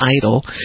Idol